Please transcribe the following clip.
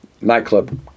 nightclub